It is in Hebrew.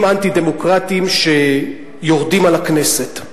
אנטי-דמוקרטיים שיורדים על הכנסת.